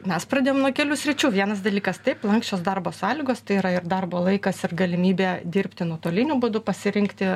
mes pradėjom nuo kelių sričių vienas dalykas taip lanksčios darbo sąlygos tai yra ir darbo laikas ir galimybė dirbti nuotoliniu būdu pasirinkti